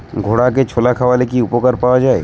ঘোড়াকে ছোলা খাওয়ালে কি উপকার পাওয়া যায়?